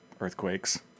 earthquakes